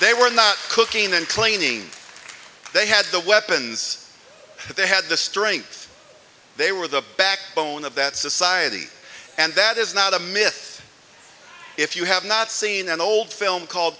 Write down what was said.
they were not cooking and cleaning they had the weapons they had the strength they were the backbone of that society and that is not a myth if you have not seen an old film called